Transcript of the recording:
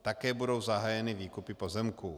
Také budou zahájeny výkupy pozemků.